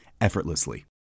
effortlessly